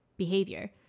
behavior